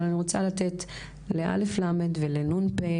אבל אני רוצה לתת לא.ל ולנ.פ,